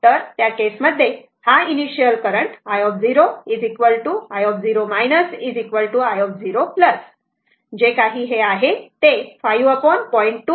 तर त्या केस मध्ये हा initial current i0 i0 i0 जे काही हे आहे ते 50